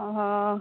ହ